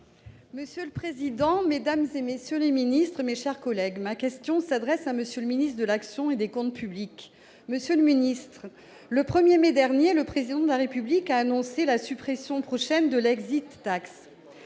Monsieur le président, mesdames, messieurs les ministres, mes chers collègues, ma question s'adresse à M. le ministre de l'action et des comptes publics. Monsieur le ministre, le 1 mai dernier, le Président de la République a annoncé la suppression prochaine de l'.